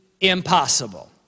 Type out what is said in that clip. impossible